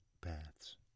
paths